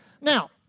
Now